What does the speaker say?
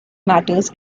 matters